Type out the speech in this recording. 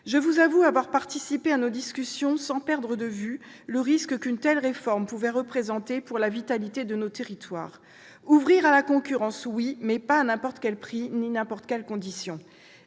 Je vous avoue avoir participé à nos discussions sans perdre de vue le risque qu'une telle réforme pouvait présenter pour la vitalité de nos territoires. L'ouverture à la concurrence, oui, mais pas à n'importe quel prix ni à n'importe quelles conditions.